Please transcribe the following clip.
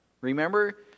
Remember